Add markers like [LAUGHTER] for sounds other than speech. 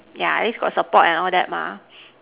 yeah at least got support and all that mah [BREATH]